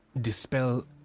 dispel